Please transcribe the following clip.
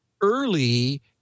early